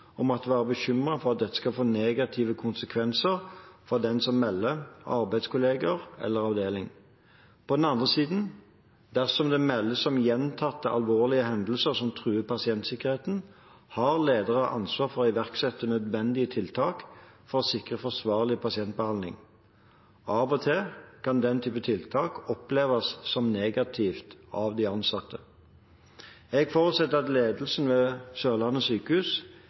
måtte være bekymret for at dette skal få negative konsekvenser for den som melder, arbeidskollegaer eller avdeling. På den andre siden: Dersom det meldes om gjentatte alvorlige hendelser som truer pasientsikkerheten, har leder ansvar for å iverksette nødvendige tiltak for å sikre forsvarlig pasientbehandling. Av og til kan den type tiltak oppleves som negativt av de ansatte. Jeg forutsetter at ledelsen ved Sørlandet sykehus,